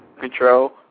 control